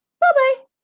Bye-bye